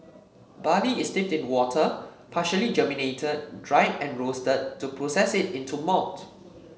barley is steeped in water partially germinated dried and roasted to process it into malt